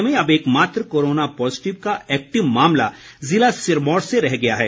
राज्य में अब एकमात्र कोरोना पॉजिटिव का एक्टिव मामला ज़िला सिरमौर से रह गया है